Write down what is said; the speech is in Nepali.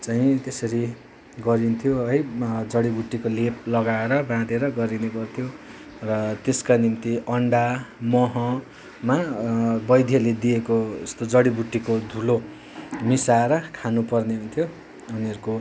चाहिँ त्यसरी गरिन्थ्यो है जडीबुटीको लेप लगाएर बाँधेर गरिने गर्थ्यो र त्यसका निम्ति अण्डा महमा वैद्धले दिएको यस्तो जडीबुटीको धुलो मिसाएर खानुपर्ने हुन्थ्यो उनीहरूको